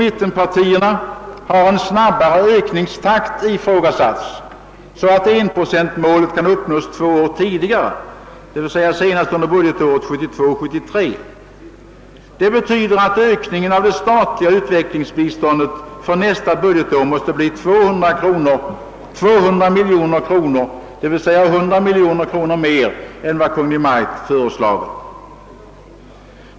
Mittenpartierna har ifrågasatt en snabbare Öökningstakt, så att enprocentmålet kan uppnås två år tidigare, d. v. s. senast under budgetåret 1972/73. Det betyder att ökningen av det statliga utvecklingsbiståndet för nästa budgetår måste bli 200 miljoner kronor, eller 100 miljoner kronor mer än vad Kungl. Maj:t föreslagit.